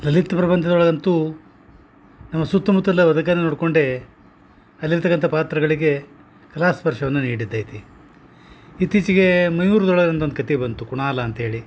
ಲಲಿತ ಪ್ರಬಂಧದೊಳ್ ಅಂತು ನಮ್ಮ ಸುತ್ತಮುತ್ತಲು ನೋಡ್ಕೊಂಡೆ ಅಲ್ಲಿರ್ತಕ್ಕಂಥ ಪಾತ್ರಗಳಿಗೆ ಕಲಾ ಸ್ಪರ್ಶವನ್ನು ನೀಡಿದ ಐತಿ ಇತ್ತಿಚೆಗೆ ಮಯೂರ್ದೊಳಗ ಅಂತೊಂದು ಕತೆ ಬಂತು ಕುಣಾಲ ಅಂತೇಳಿ